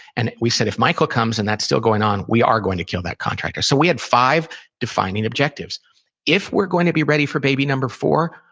and we said, if michael comes and that's still going on, we are going to kill that contractor. so we had five defining objectives if we're going to be ready for baby number four,